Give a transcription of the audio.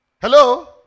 Hello